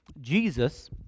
Jesus